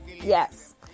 yes